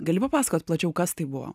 gali papasakot plačiau kas tai buvo